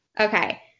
Okay